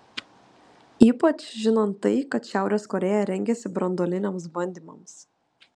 ypač žinant tai kad šiaurės korėja rengiasi branduoliniams bandymams